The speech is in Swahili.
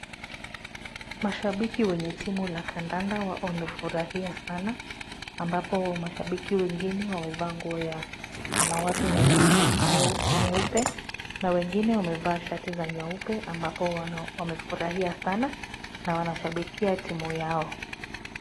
Mashabiki wenye timu ya kandakanda hawa wamefurahiya sana ambapo mashabiki wengine wamevaa nguo ya samawati na nyeupe na wengine wamevaa shati za nyeupe ambapo wamefurahia sana na pia wanashabikia timu zao.